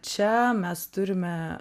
čia mes turime